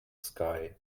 sky